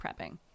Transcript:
prepping